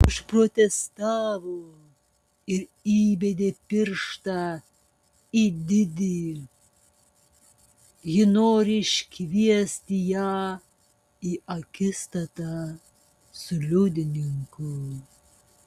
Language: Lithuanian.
užprotestavo ir įbedė pirštą į didi ji nori išsikviesti ją į akistatą su liudininku